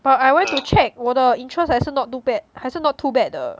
but I went to check 我的 interest 还是 not too bad 还是 not too bad 的